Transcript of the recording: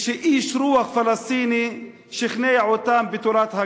ושאיש רוח פלסטיני שכנע אותם בתורת הגזע,